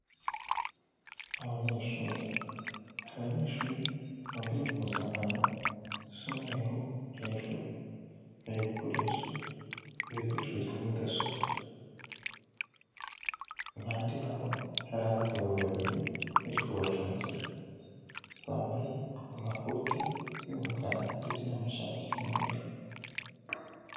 Abanyeshuri, abanyeshuri bambaye impuzankano zisa umweru hejuru bari gukoresha ibikoresho bya mudasobwa, impande yaho hari abagabo babiri bari kubacungira bambaye amakoti y'umukara ndetse n'amashati y'umweru.